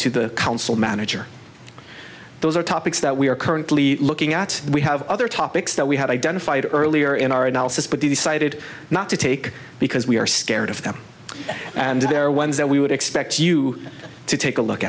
to the council manager those are topics that we are currently looking at we have other topics that we had identified earlier in our analysis but decided not to take because we are scared of them and there are ones that we would expect you to take a look